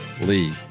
Lee